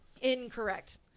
incorrect